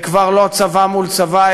זה כבר לא צבא מול צבא,